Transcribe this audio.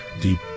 deep